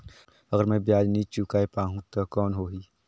अगर मै ब्याज नी चुकाय पाहुं ता कौन हो ही?